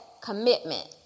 commitment